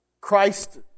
Christ